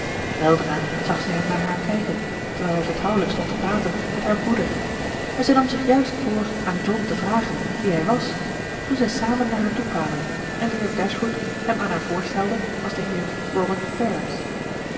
weldra zag zij hem naar haar kijken terwijl hij vertrouwelijk stond te praten met haar broeder en zij nam zich juist voor aan john te vragen wie hij was toen zij samen naar haar toekwamen en de heer dashwood hem aan haar voorstelde als den heer robert